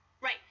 Right